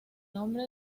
nombre